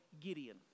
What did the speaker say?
Gideon